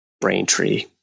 Braintree